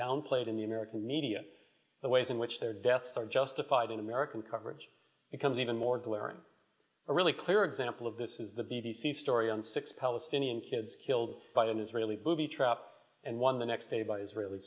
downplayed in the american media the ways in which their deaths are justified in american coverage becomes even more glaring a really clear example of this is the b b c story on six palestinian kids killed by an israeli booby trapped in one of the next day by israeli